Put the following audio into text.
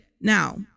now